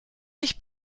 ich